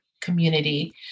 community